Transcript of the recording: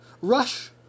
rush